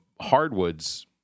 hardwoods